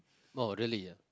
orh really ah